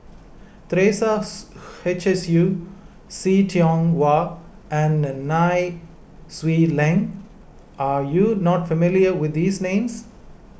Teresa Hsu H S U See Tiong Wah and Nai Swee Leng are you not familiar with these names